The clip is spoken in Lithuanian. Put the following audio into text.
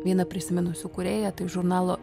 viena prisiminusių kūrėją tai žurnalo